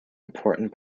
important